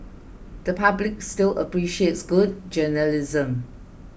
the public still appreciates good journalism